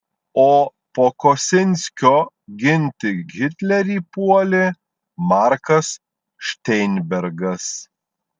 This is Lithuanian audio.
o po kosinskio ginti hitlerį puolė markas šteinbergas